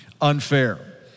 unfair